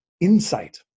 insight